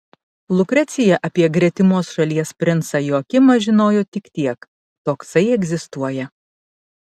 lukrecija apie gretimos šalies princą joakimą žinojo tik tiek toksai egzistuoja